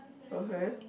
okay